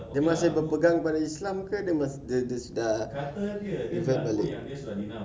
dia masih berpegang kepada islam ke dia dia dah revert balik